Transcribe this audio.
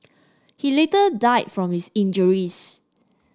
he later died from his injuries